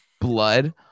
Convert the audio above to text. blood